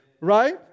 right